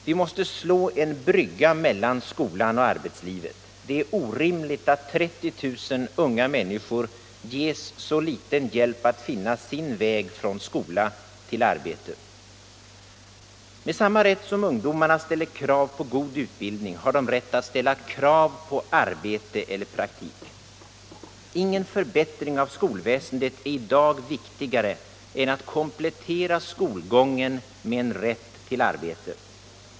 Vi måste slå en brygga mellan skolan och arbetslivet. Det är orimligt att 30 000 unga människor ges så liten hjälp att finna sin väg från skola till arbete. Ungdomarna har rätt att ställa krav på god utbildning och de har samma rätt att ställa krav på arbete eller praktik. Ingen förbättring av skolväsendet är i dag viktigare än att komplettera skolgången med en rätt till arbete.